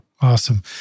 Awesome